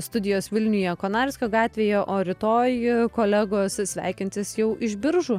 studijos vilniuje konarskio gatvėje o rytoj kolegos sveikinsis jau iš biržų